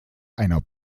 einer